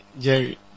Jerry